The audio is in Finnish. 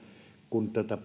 kun tätä